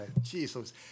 Jesus